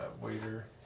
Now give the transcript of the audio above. waiter